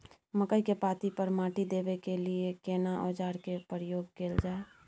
मकई के पाँति पर माटी देबै के लिए केना औजार के प्रयोग कैल जाय?